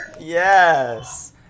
Yes